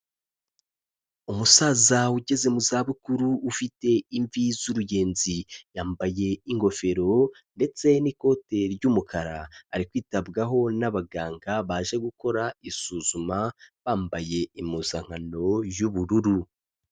Umusaza ugeze mu zabukuru, ufite imvi z'urugenzi, yambaye ingofero ndetse n'ikote ry'umukara, ari kwitabwaho n'abaganga baje gukora isuzuma bambaye impuzankano y'ubururu.